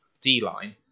D-line